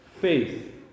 Faith